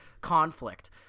conflict